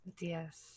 yes